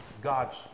God's